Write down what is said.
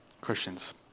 Christians